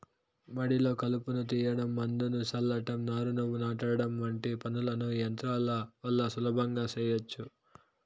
మడిలో కలుపును తీయడం, మందును చల్లటం, నారును నాటడం వంటి పనులను ఈ యంత్రాల వల్ల సులభంగా చేయచ్చు